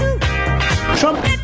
Trump